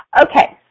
Okay